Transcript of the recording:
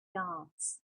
yards